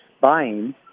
buying